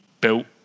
built